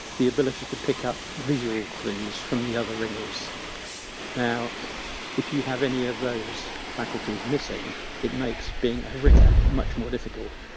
the ability to pick up visual clues from the other ringers. now if you have any of those faculties missing it makes being a ringer much more difficult.